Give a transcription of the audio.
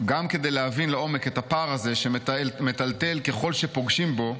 גם כדי להבין לעומק את הפער הזה שמטלטל ככול שפוגשים בו,